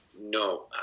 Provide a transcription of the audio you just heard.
no